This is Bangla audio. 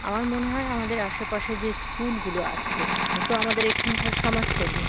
আমার মনে হয় আমাদের আশেপাশে যে স্কুলগুলো আছে আপনি তো আমাদের এখনাকার সমাজকর্মী